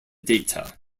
data